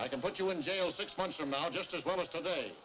i can put you in jail six months from now just as well as today